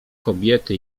kobiety